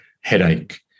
headache